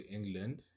England